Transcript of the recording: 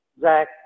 Zach